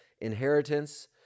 inheritance